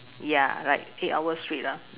ya like eight hours straight lah